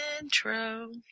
intro